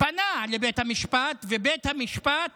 הוא פנה לבית המשפט, ובית המשפט